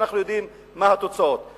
כשאנחנו יודעים מה התוצאות שם.